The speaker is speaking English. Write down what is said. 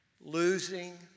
Losing